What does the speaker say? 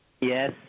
Yes